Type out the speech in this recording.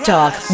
Talk